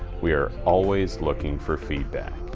we are always looking for feedback,